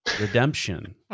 Redemption